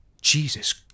Jesus